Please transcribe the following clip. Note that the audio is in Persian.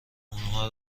اونها